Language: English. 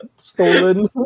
Stolen